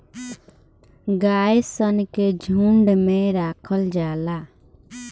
गाय सन के झुंड में राखल जाला